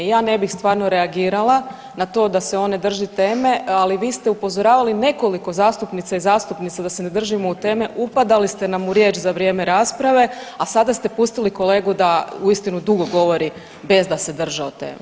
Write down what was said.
Ja ne bih stvarno reagirala na to da se on ne drži teme, ali vi ste upozoravali nekoliko zastupnica i zastupnika da se ne držimo teme, upadali ste nam u riječ za vrijeme rasprave, a sada ste pustili kolegu da uistinu dugo govori bez da se držao teme.